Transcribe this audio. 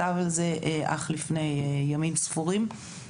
אך לפני ימים ספורים הוציא מכתב על כך.